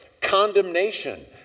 condemnation